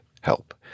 help